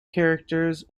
characters